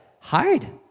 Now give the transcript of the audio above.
hide